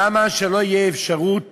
למה שלא תהיה אפשרות